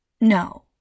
No